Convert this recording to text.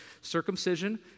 circumcision